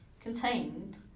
contained